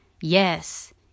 Yes